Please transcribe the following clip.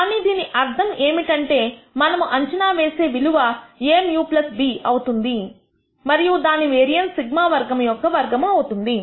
కానీ దీని అర్థం ఏమిటంటే మనం అంచనా వేసే విలువ a μ b అవుతుంది మరియు దాని వేరియన్స్ σ వర్గము యొక్క వర్గము అవుతుంది